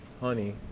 Honey